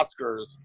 Oscars